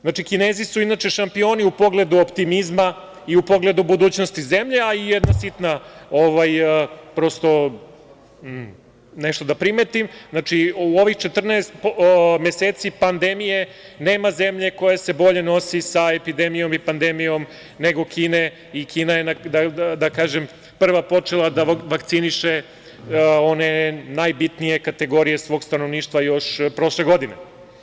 Znači, Kinezi su šampioni u pogledu optimizma, i u pogledu budućnosti zemlje, a i nešto da primetim, znači, u ovih 14 meseci pandemije nema zemlje koja se bolje nosi sa epidemijom i pandemijom nego Kina, da kažem ona je prva počela da vakciniše one najbitnije kategorije stanovništva još prošle godine.